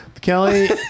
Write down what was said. Kelly